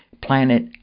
planet